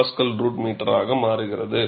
1 MPa √m ஆக மாறுகிறது